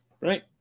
right